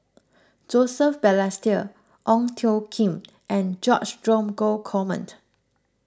Joseph Balestier Ong Tjoe Kim and George Dromgold command